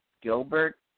Gilbert